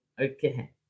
Okay